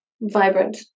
vibrant